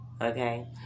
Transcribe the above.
okay